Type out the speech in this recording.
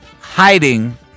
hiding